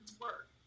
work